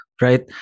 Right